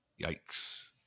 yikes